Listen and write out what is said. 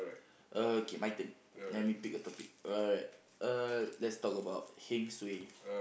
okay my turn let me pick a topic alright uh let's talk about heng suay